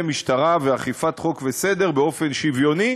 משטרה ואכיפת חוק וסדר באופן שוויוני,